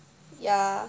ya